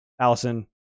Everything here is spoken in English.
Allison